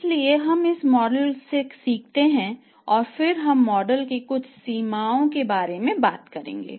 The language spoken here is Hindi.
इसलिए हम इस मॉडल को सीखते हैं और फिर हम मॉडल की कुछ सीमाओं के बारे में बात करेंगे